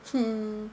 hmm